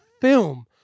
film